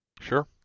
sure